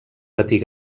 patir